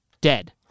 Dead